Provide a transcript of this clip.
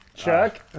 Chuck